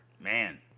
Man